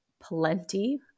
plenty